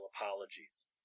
apologies